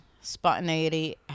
spontaneity